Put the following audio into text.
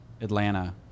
Atlanta